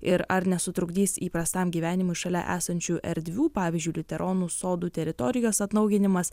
ir ar nesutrukdys įprastam gyvenimui šalia esančių erdvių pavyzdžiui liuteronų sodų teritorijos atnaujinimas